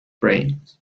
brains